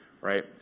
right